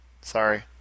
Sorry